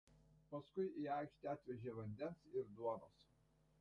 paskui į aikštę atvežė vandens ir duonos